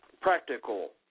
practical